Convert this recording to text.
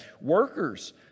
Workers